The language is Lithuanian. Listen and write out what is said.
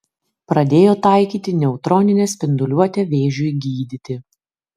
pradėjo taikyti neutroninę spinduliuotę vėžiui gydyti